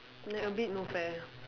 then a bit no fair